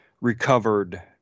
recovered